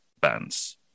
bands